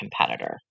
competitor